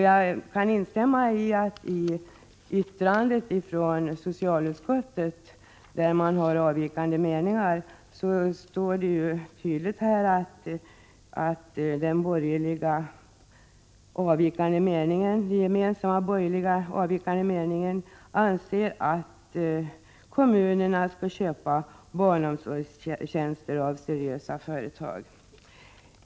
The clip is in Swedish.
Jag kan instämma i att det i yttrandet från socialutskottet står mycket tydligt i den gemensamma borgerliga avvikande meningen att man anser att kommunerna skall få köpa barnomsorgstjänster av seriösa företag.